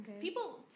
People